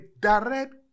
direct